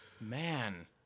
Man